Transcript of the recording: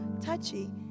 touchy